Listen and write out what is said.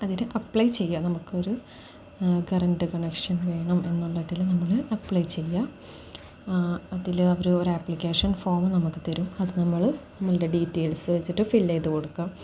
അതിന് അപ്ലൈ ചെയ്യാം നമുക്കൊരു കറൻറ്റ് കണക്ഷൻ വേണം എന്ന മട്ടില് നമ്മള് അപ്ലൈ ചെയ്യുക അതില് അവരൊരു ആപ്ലിക്കേഷൻ ഫോം നമുക്ക് തരും അത് നമ്മള് നമ്മുടെ ഡീറ്റെയിൽസ് വെച്ചിട്ട് ഫില് ചെയ്തുകൊടുക്കാം